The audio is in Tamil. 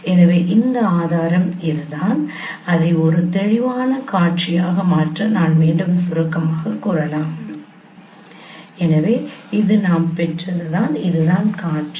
எனவே இந்த ஆதாரம் இதுதான் அதை ஒரு தெளிவான காட்சியாக மாற்ற நான் மீண்டும் சுருக்கமாகக் கூறலாம் எனவே இது நாம் பெற்றதுதான் இதுதான் காட்சி